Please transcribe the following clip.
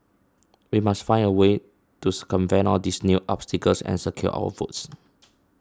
we must find a way to circumvent all these new obstacles and secure our votes